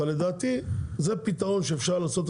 אבל לדעתי זה פתרון שאפשר לעשות אותו